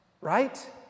right